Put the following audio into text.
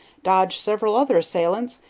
dodge several other assailants,